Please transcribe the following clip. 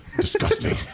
disgusting